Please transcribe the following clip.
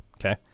okay